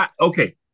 okay